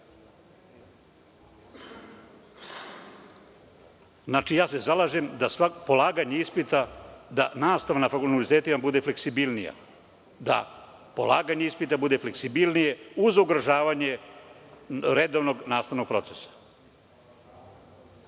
bodova. Znači, zalažem se da polaganje ispita, da nastava na univerzitetima bude fleksibilnija. Da polaganje ispita bude fleksibilnije uz održavanje redovnog nastavnog procesa.